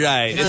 Right